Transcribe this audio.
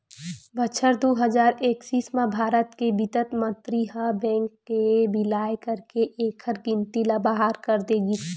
बछर दू हजार एक्कीस म भारत के बित्त मंतरी ह बेंक के बिलय करके एखर गिनती ल बारह कर दे गिस